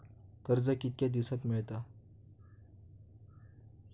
कर्ज कितक्या दिवसात मेळता?